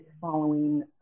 following